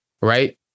right